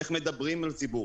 איך מדברים אל ציבור,